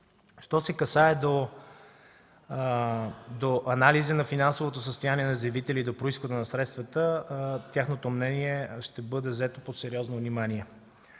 Що се касае до анализа на финансовото състояние на заявителя и до произхода на средствата, тяхното мнение ще бъде взето под сериозно внимание.